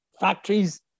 factories